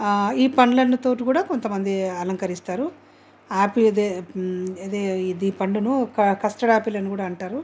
ఈ పండ్లు అన్నిటితోను కూడా కొంతమంది అలంకరిస్తారు యాపీదే ఇది పండును కస్టర్డ్ ఆపిల్ అని కూడా అంటారు